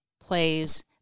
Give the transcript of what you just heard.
plays